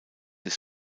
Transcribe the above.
des